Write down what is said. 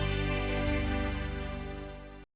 Дякую